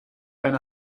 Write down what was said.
eine